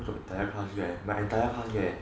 know entire class there my entire class leh